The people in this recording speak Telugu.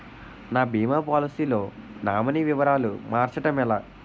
నా భీమా పోలసీ లో నామినీ వివరాలు మార్చటం ఎలా?